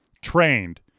trained